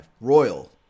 Royal